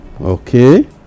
okay